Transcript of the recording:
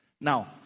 Now